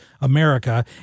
America